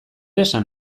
esan